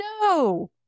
no